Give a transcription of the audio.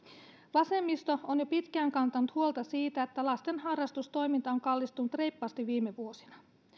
vasemmisto on jo pitkään kantanut huolta siitä että lasten harrastustoiminta on kallistunut reippaasti viime vuosina